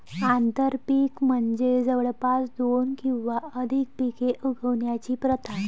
आंतरपीक म्हणजे जवळपास दोन किंवा अधिक पिके उगवण्याची प्रथा